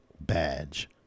badge